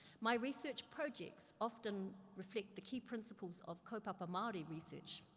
my research projects often reflect the key principles of kaupapa maori research,